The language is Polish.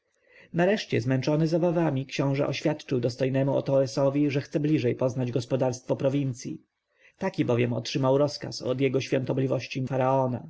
nareszcie zmęczony zabawami książę oświadczył dostojnemu otoesowi że chce bliżej poznać gospodarstwo prowincji taki bowiem otrzymał rozkaz od jego świątobliwości